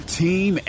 team